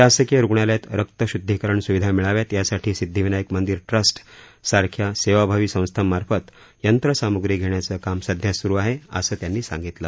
शासकीय रुग्णालयात रक्तशुद्धिकरण सुविधा मिळाव्यात यासाठी सिद्धिविनायक मंदिर ट्रस्ट सारख्या सेवाभावी संस्थांमार्फत यंत्रसामुग्री घेण्याचं काम सध्या सुरु आहे असं त्यांनी सांगितलं